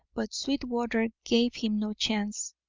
but sweetwater gave him no chance.